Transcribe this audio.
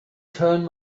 turn